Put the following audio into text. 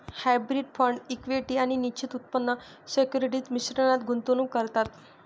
hybrid fund equity आणि निश्चित उत्पन्न सिक्युरिटीज मिश्रणात गुंतवणूक करतात